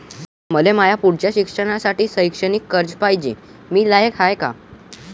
मले माया पुढच्या शिक्षणासाठी शैक्षणिक कर्ज पायजे, मी लायक हाय का?